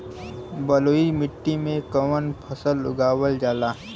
बलुई मिट्टी में कवन फसल उगावल जाला?